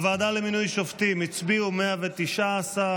לוועדה למינוי שופטים הצביעו 119,